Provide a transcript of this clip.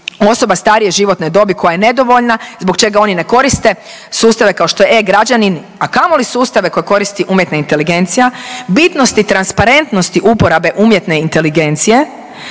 osoba starije životne dobi koja je nedovoljna zbog čega oni ne koriste sustave kao što je e-građanin, a kamoli sustave koje koristi umjetna inteligencija, bitnosti i transparentnosti uporabe umjetne inteligencije